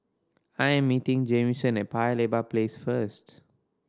I am meeting Jamison at Paya Lebar Place first